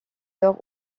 d’or